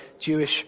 Jewish